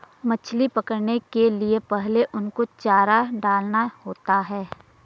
मछली पकड़ने के लिए पहले उनको चारा डालना होता है